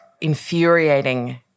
infuriating